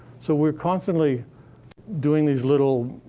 so we're constantly doing these little.